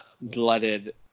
blooded